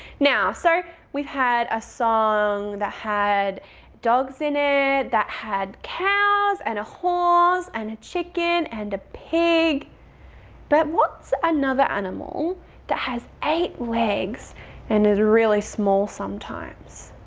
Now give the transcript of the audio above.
now so we've had a song that had dogs in it, that had cows and a horse and a chicken and a pig but what's another animal that has eight legs and is really small sometimes?